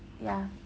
ya